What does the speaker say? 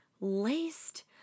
laced